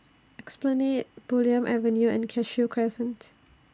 Esplanade Bulim Avenue and Cashew Crescent